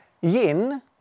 Yin